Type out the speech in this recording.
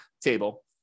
table